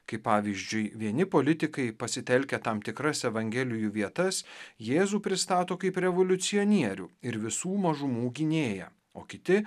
kai pavyzdžiui vieni politikai pasitelkia tam tikras evangelijų vietas jėzų pristato kaip revoliucionierių ir visų mažumų gynėją o kiti